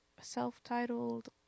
self-titled